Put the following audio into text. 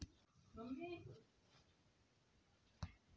सामाजिक, पर्यायी, नागरी किंवा कायम बँक म्हणून ओळखले जाते